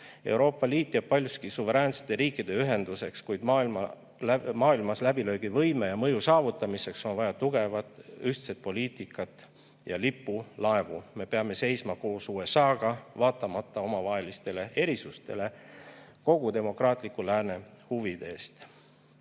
Euroopa Liit jääb paljuski suveräänsete riikide ühenduseks, kuid maailmas läbilöögivõime ja mõju saavutamiseks on vaja tugevat ja ühtset poliitikat ja lipulaevu. Me peame koos USA-ga, vaatamata omavahelistele erisustele, seisma kogu demokraatliku lääne huvide eest. Jah,